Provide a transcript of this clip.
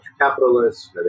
capitalists